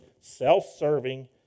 self-serving